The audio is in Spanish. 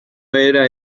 era